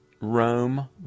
Rome